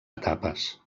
etapes